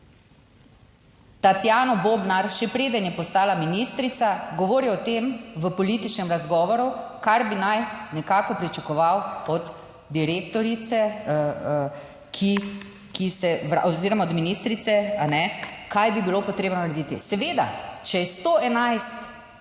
Tatjano Bobnar še preden je postala ministrica, govori o tem v političnem razgovoru, kar bi naj nekako pričakoval od direktorice, ki se, oziroma od ministrice a ne, kaj bi bilo potrebno narediti. Seveda, če je 111